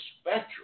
spectrum